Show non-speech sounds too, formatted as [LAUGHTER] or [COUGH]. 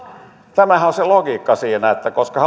tämähän on se logiikka siinä että koska [UNINTELLIGIBLE]